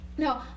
No